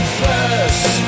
first